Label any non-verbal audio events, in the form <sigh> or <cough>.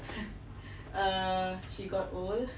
<laughs> err she got old